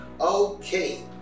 Okay